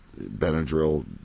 Benadryl